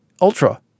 ultra